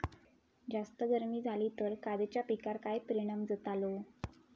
जास्त गर्मी जाली तर काजीच्या पीकार काय परिणाम जतालो?